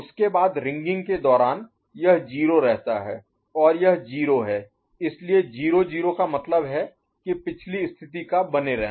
उसके बाद रिंगिंग के दौरान यह 0 रहता है और यह 0 है इसलिए 0 0 का मतलब है कि पिछली स्थिति का बने रहना